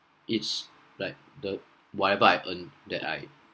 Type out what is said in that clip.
it's like the whatever I earn that I